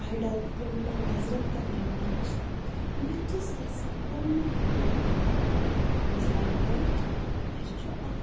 idol یِم مےٚ نظرن تَل یِوان چھِ بہٕ تہِ چھَس یَژھان تٕمنٕے ہٕنٛدۍ پٲٹھۍ بَنُن مِثالہِ پٲٹھۍ اَسہِ چھُ اَکھ